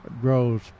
grows